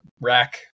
rack